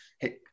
Hey